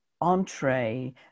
entree